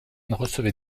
recevait